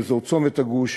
באזור צומת הגוש,